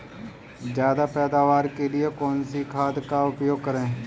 ज्यादा पैदावार के लिए कौन सी खाद का प्रयोग करें?